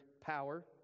power